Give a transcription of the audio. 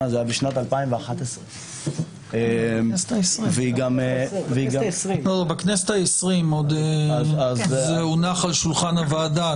היה בשנת 2011. בכנסת ה-20 זה הונח על שולחן הוועדה.